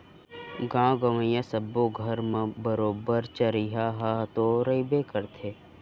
गॉंव गँवई सब्बो घर म बरोबर चरिहा ह तो रइबे करथे